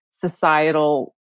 societal